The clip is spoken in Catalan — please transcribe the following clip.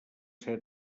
ser